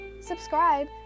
subscribe